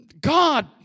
God